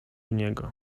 niego